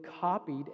copied